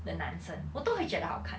的男生我都会觉得好看